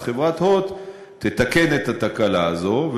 אז חברת "הוט" תתקן את התקלה הזו,